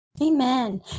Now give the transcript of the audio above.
Amen